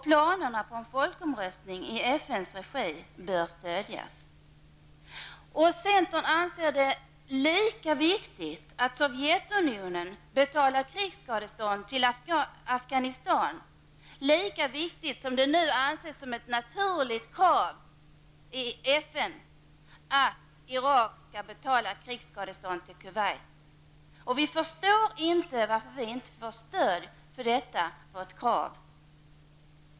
Planerna på en folkomröstning i FNs regi bör stödjas. Centern anser att det är lika viktigt att Sovjetunionen betalar krigsskadestånd till Afghanistan som det anses vara ett naturligt krav i FN att Irak betalar krigsskadestånd till Kuwait. Vi förstår inte varför vi inte får stöd för detta vårt krav.